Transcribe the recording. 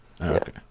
Okay